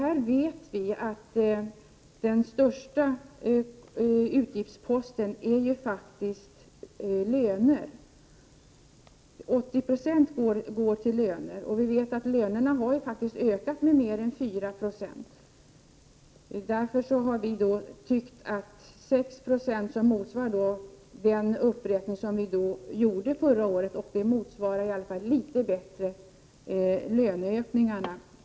Vi vet att den största utgiftsposten är löner. 80 96 går till löner. Vi vet att lönerna faktiskt har ökat med mer än 4 Jo. Därför har vi tyckt att 6 26, som motsvarar den uppräkning vi gjorde förra året, i alla fall litet bättre motsvarar löneökningarna.